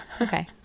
Okay